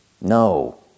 No